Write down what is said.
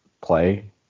play